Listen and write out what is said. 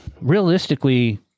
realistically